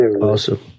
Awesome